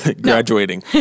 graduating